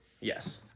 Yes